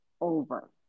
over